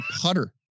putter